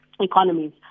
economies